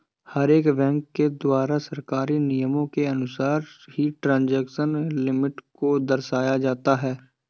हर एक बैंक के द्वारा सरकारी नियमों के अनुसार ही ट्रांजेक्शन लिमिट को दर्शाया जाता है